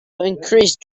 increased